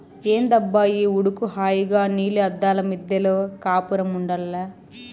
ఏందబ్బా ఈ ఉడుకు హాయిగా నీలి అద్దాల మిద్దెలో కాపురముండాల్ల